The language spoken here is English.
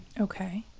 Okay